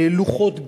לוחות גבס,